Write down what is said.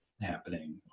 happening